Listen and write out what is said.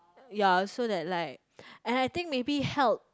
ya so that like and I think maybe help